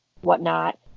whatnot